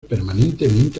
permanentemente